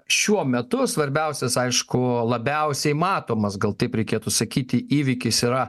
šiuo metu svarbiausias aišku labiausiai matomas gal taip reikėtų sakyti įvykis yra